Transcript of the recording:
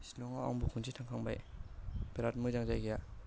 शिलङाव आंबो खनसे थांखांबाय बिराद मोजां जायगाया